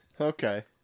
Okay